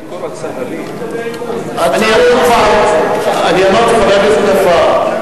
אני אמרתי, חבר הכנסת נפאע: